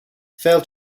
failed